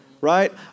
Right